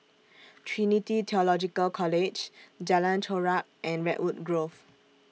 Trinity Theological College Jalan Chorak and Redwood Grove